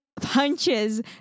punches